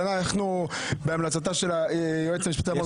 ואנחנו בהמלצתה של היועצת המשפטית אמרנו,